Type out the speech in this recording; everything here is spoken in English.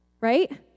right